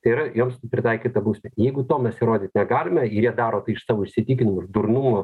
tai yra joms pritaikyta bausmė jeigu to mes įrodyt negalime jie daro tai iš savo įsitikinimų durnumų